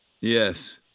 Yes